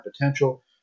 potential